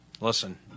listen